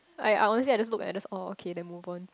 I I honestly I just look at this all okay then move on